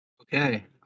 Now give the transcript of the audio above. Okay